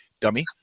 dummy